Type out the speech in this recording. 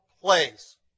place